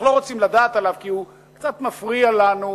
אנחנו לא רוצים לדעת עליו כי הוא קצת מפריע לנו.